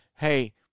hey